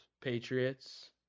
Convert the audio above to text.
Patriots